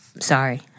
Sorry